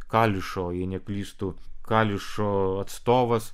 kališo jei neklystu kališo atstovas